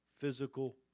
physical